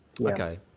Okay